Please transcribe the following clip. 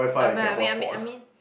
I mean I mean I mean I mean